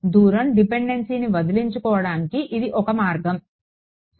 దూరం డిపెండెన్సీని వదిలించుకోవడానికి ఇది ఒక మార్గం సరే